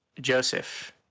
Joseph